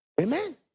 Amen